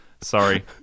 sorry